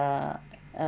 uh uh